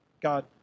God